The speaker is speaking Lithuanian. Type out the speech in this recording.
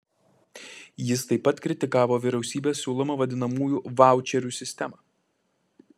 jis taip pat kritikavo vyriausybės siūlomą vadinamųjų vaučerių sistemą